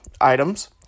items